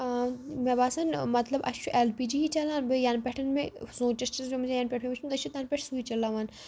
مےٚ باسان مطلب اَسہِ چھُ ایل پی جی چَلان بیٚیہِ یَنہٕ پٮ۪ٹھ مےٚ سونٛچس سمجھِس یَنہٕ پٮ۪ٹھ مےٚ چھِ وُچھمُت أسۍ چھِ تَنہٕ پٮ۪ٹھ سُے چَلاوان